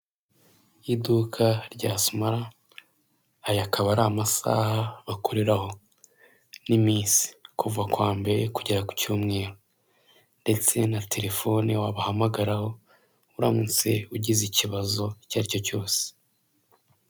Iduka rya simara, aya akaba ari amasaha bakuriraho. N'iminsi kuva kuwa mbere kugera ku cyumweru, ndetse na terefone wabahamagaraho, uramutse ugize ikibazo icyo ari cyo cyose.